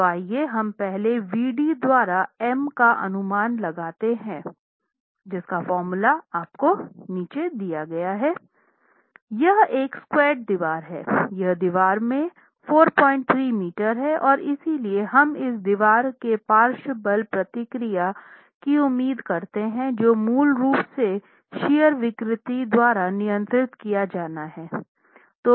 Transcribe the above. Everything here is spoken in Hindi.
तो आइए हम पहले V d द्वारा M का अनुमान लगाते हैं यह एक स्क्वाट दीवार है यह लंबाई में 43 मीटर है और इसलिए हम इस दीवार के पार्श्व भार प्रतिक्रिया प्रतिक्रिया की उम्मीद करते हैं जो मूल रूप से शियर विकृति द्वारा नियंत्रित किया जाना है